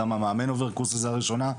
גם המאמן עובר קורס עזרה ראשונה.